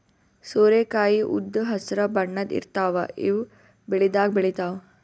ಸೋರೆಕಾಯಿ ಉದ್ದ್ ಹಸ್ರ್ ಬಣ್ಣದ್ ಇರ್ತಾವ ಇವ್ ಬೆಳಿದಾಗ್ ಬೆಳಿತಾವ್